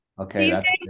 Okay